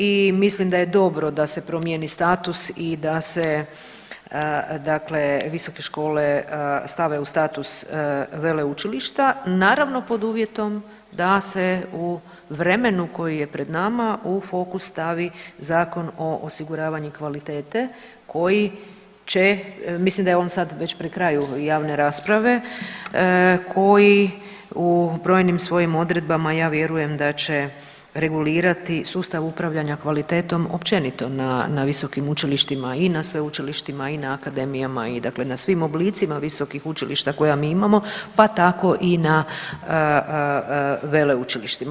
I mislim da je dobro da se promijeni status i da se dakle visoke škole stave u status veleučilišta naravno pod uvjetom da se u vremenu koji je pred nama u fokus stavi Zakon o osiguravanju kvalitete koji će, mislim da je on sad već pri kraju javne rasprave, koji u brojnim svojim odredbama ja vjerujem da će regulirati sustav upravljanja kvalitetom općenito na visokim učilištima i na sveučilištima i na akademija i dakle na svim oblicima visokih učilišta koja mi imamo pa tako i na veleučilištima.